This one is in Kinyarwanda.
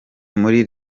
muri